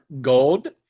gold